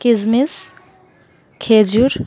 কিসমিস খেজুর